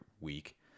Week